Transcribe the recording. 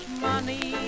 money